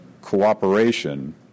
cooperation